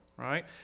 Right